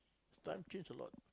time change a lot